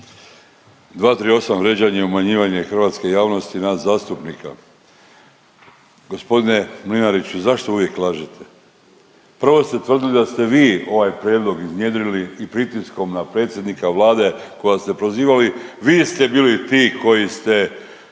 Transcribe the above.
238. vrijeđanje i obmanjivanje hrvatske javnosti i nas zastupnika. Gospodine Mlinariću, zašto uvijek lažete? Prvo ste tvrdili da ste vi ovaj prijedlog iznjedrili i pritiskom na predsjednika Vlade kojeg ste prozivali, vi ste bili ti koji ste